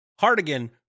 Hardigan